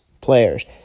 players